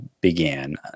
began